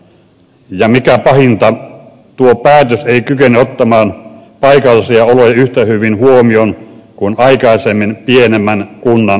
ja mikä pahinta tuo päätös ei kykene ottamaan paikallisia oloja yhtä hyvin huomioon kuin aikaisemmin pienemmän kunnan aikana